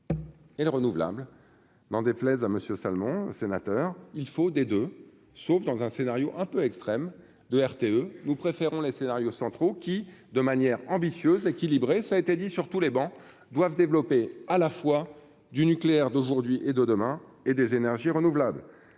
Et renouvelable, n'en déplaise à Monsieur Salmon, sénateur, il faut des deux sauf dans un scénario un peu extrême de RTE, nous préférons les scénarios centraux qui, de manière ambitieuse, équilibrée, ça a été dit sur tous les bancs doivent développer à la fois du nucléaire d'aujourd'hui et de demain et des énergies renouvelables